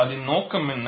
அதின் நோக்கம் என்ன